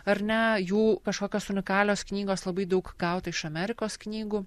ar ne jų kažkokios unikalios knygos labai daug gauta iš amerikos knygų